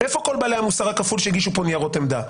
איפה כל בעלי המוסר הכפול שהגישו פה ניירות עמדה?